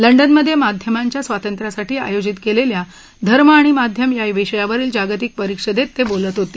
लंडनमधे माध्यमांच्या स्वातंत्र्यासाठी आयोजित केलेल्या धर्म आणि माध्यमं या विषयावरील जागतिक परिषदेत ते बोलत होते